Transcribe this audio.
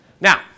Now